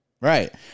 Right